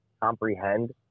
comprehend